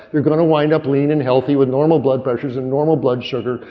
you're gonna wind up lean and healthy with normal blood pressures and normal blood sugar.